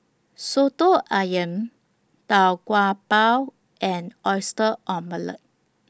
Soto Ayam Tau Kwa Pau and Oyster Omelette